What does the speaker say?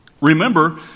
Remember